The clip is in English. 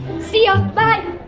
see ya! bye!